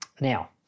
Now